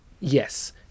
Yes